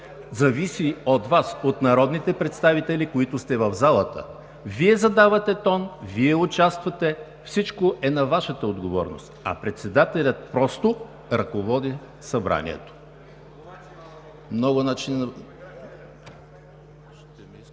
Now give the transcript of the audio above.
зависи от Вас – от народните представители, които сте в залата. Вие задавате тона, Вие участвате, всичко е на Вашата отговорност, а председателят просто ръководи Събранието.